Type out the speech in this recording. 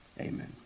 Amen